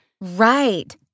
Right